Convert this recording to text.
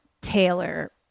Taylor